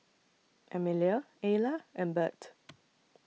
Emilia Ayla and Birt